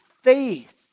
faith